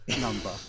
Number